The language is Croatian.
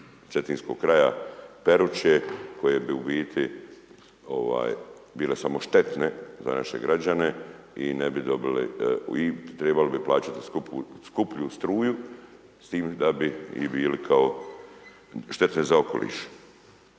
cetinskog kraja, Peruče, koje bi i ubiti bile samo štetne za naše građane i trebali bi plaćati skuplju struju s tim da bi i bile kao štetne za okoliš.